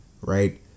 right